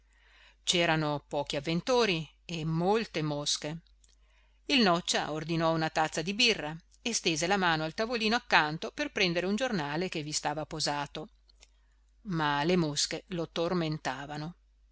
c'erano pochi avventori e molte mosche il noccia ordinò una tazza di birra e stese la mano al tavolino accanto per prendere un giornale che vi stava posato ma le mosche lo tormentavano per